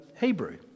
Hebrew